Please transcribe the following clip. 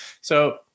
So-